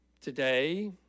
Today